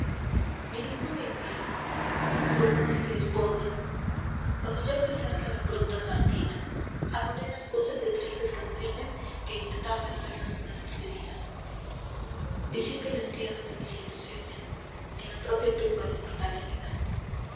lirismo de invierno rumor de crespones cuando ya se acerca la pronta partida agoreras voces de tristes canciones que en la tarde rezan una despedida visión del entierro de mis ilusiones en la propia tumba de mortal herida